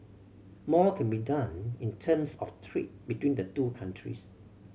more can be done in terms of trade between the two countries